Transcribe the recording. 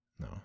No